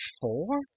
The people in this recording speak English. four